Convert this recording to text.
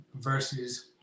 versus